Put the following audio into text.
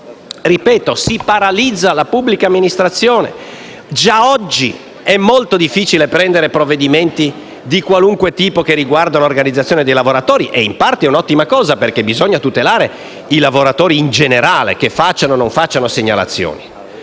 modo si paralizza la pubblica amministrazione. Già oggi è molto difficile prendere provvedimenti di qualunque tipo che riguardano l'organizzazione dei lavoratori, e in parte è un'ottima cosa perché bisogna tutelare i lavoratori in generale, che facciano o meno segnalazioni.